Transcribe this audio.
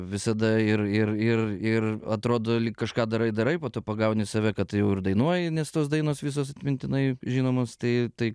visada ir ir ir ir atrodo lyg kažką darai darai po to pagauni save kad jau ir dainuoji nes tos dainos visos atmintinai žinomos tai tai